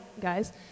guys